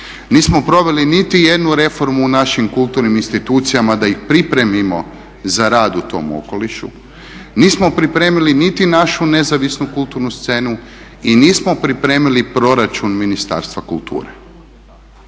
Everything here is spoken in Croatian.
Nismo proveli niti jednu reformu u našim kulturnim institucijama da ih pripremimo za rad u tom okolišu. Nismo pripremili niti našu nezavisnu kulturnu scenu i nismo pripremili proračun Ministarstva kulture.